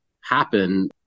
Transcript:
happen